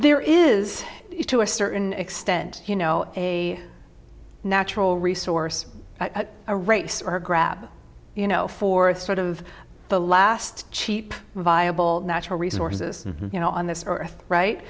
there is to a certain extent you know a natural resource a race or grab you know fourth sort of the last cheap viable natural resources you know on this earth right